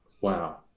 wow